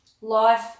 Life